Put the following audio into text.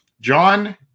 John